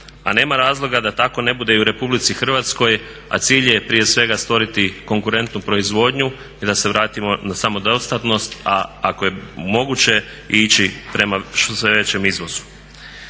a nema razloga da tako ne bude i u RH, a cilj je prije svega stvoriti konkurentnu proizvodnju i da se vratimo na samodostatnost a ako je moguće i ići prema što većem iznosu.